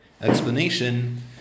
explanation